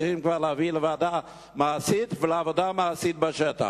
צריכים כבר להביא את זה לוועדה מעשית ולעבודה מעשית בשטח.